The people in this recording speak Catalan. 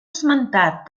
esmentat